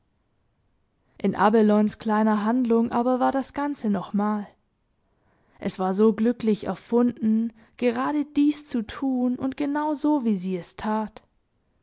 in abelonens kleiner handlung aber war das ganze nochmal es war so glücklich erfunden gerade dies zu tun und genau so wie sie es tat